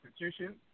institution